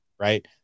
right